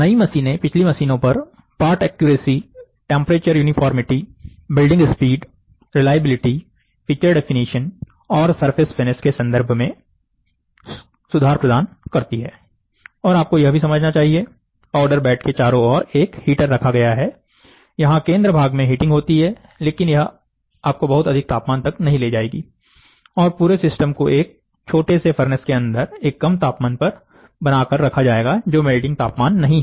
नई मशीनें पिछली मशीनों पर part accuracy temperature uniformity building speed reliability feature definition और सरफेस फिनिश के संदर्भ में का सुधार प्रदान करती है और आपको यह भी समझना चाहिए पाउडर बेड के चारों ओर एक हीटर रखा गया है यहाँ केंद्र भाग में हीटिंग होती हैं लेकिन यह आपको बहुत अधिक तापमान तक नहीं ले जायेगी और पूरे सिस्टम को एक छोटे से फर्नेंस के अंदर एक कम तापमान पर बना कर रखा जाएगा जो मेल्टिंग तापमान नहीं है